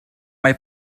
mae